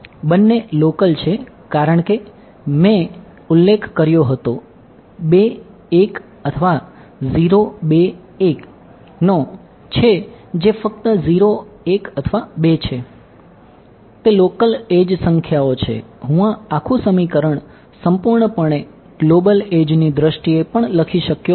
બંને લોકલ ની દ્રષ્ટિએ પણ લખી શક્યો હોત